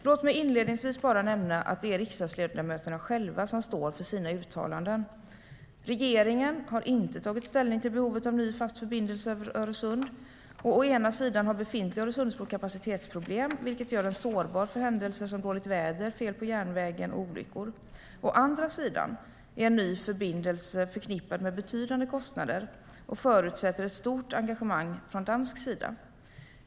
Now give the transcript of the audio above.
Låt mig inledningsvis bara nämna att det är riksdagsledamöterna själva som står för sina uttalanden. Regeringen har inte tagit ställning till behovet av en ny fast förbindelse över Öresund. Å ena sidan har befintlig Öresundsbro kapacitetsproblem, vilket gör den sårbar för händelser som dåligt väder, fel på järnvägen och olyckor. Å andra sidan är en ny förbindelse förknippad med betydande kostnader och förutsätter ett stort engagemang från dansk sida.